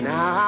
Now